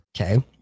Okay